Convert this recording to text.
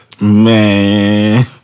Man